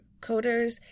coders